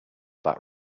that